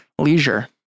leisure